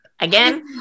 Again